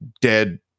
dead